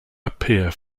appear